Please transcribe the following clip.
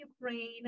Ukraine